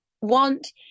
want